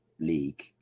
league